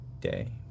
day